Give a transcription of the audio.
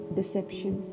deception